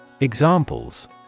Examples